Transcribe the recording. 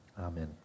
Amen